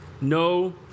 No